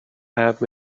have